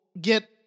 get